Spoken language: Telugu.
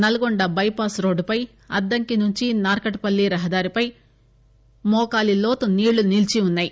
నల్గొండ బైపాస్ రోడ్జుపై అద్దంకి నుంచి నార్కెట్ పల్లి రహదారిపై మోకాలీ లోతు నీళ్ళు నిలీచి వున్నాయి